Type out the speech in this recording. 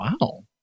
Wow